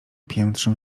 piętrzył